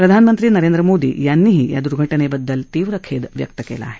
प्रधानमंत्री नरेंद्र मोदी यांनी या द्र्घटनेबद्दल तीव्र द्ःख व्यक्त केलं आहे